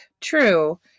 True